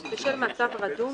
כפי שהקריא היועץ המשפטי,